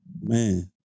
Man